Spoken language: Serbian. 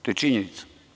To je činjenica.